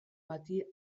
bati